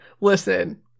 Listen